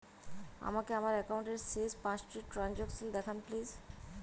আমাকে আমার একাউন্টের শেষ পাঁচটি ট্রানজ্যাকসন দেখান প্লিজ